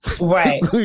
Right